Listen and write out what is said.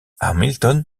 hamilton